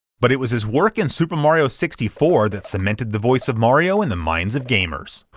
but it was his work in super mario sixty four that cemented the voice of mario in the minds of gamers.